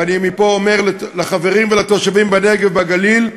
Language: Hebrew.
ואני מפה אומר לחברים ולתושבים בנגב ובגליל,